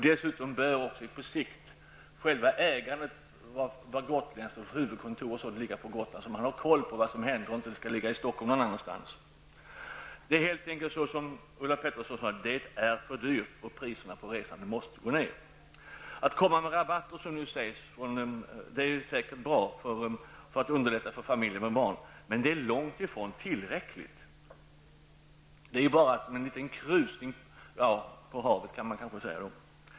Dessutom bör också på sikt själva ägandet vara gotländskt och huvudkontor m.m. ligga på Gotland, så att gotlänningarna har koll på vad som händer, och huvudkontoret inte skall ligga i Stockholm eller någon annanstans. Det är helt enkelt som Ulla Pettersson säger. Det är för dyrt! Priserna på resan måste sänkas. Att komma med rabatter, som nu föreslås, är säkert bra för att underlätta för familjer med barn, men det är långt ifrån tillräckligt. Det är bara som en liten krusning på havet, kan man säga.